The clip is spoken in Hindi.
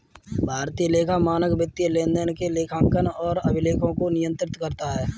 भारतीय लेखा मानक वित्तीय लेनदेन के लेखांकन और अभिलेखों को नियंत्रित करता है